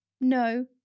no